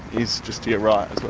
is just yeah to ah but